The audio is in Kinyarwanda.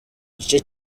igice